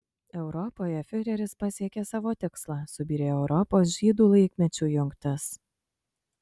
europoje fiureris pasiekė savo tikslą subyrėjo europos žydų laikmečių jungtis